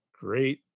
great